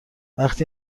وقت